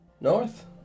North